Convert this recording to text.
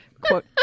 Quote